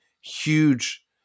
huge